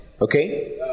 Okay